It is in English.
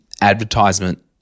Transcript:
advertisement